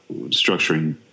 structuring